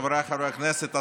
חבריי חברי הכנסת,